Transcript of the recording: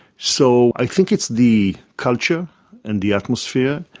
so i think it's the culture and the atmosphere.